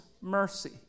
mercy